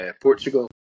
Portugal